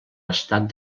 estat